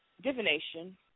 divination